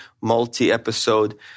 multi-episode